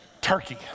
turkey